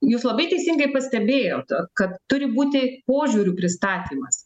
jūs labai teisingai pastebėjot kad turi būti požiūrių pristatymas